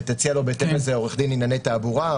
ותציע לו בהתאם לזה עורך דין לענייני תעבורה,